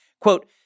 Quote